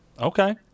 Okay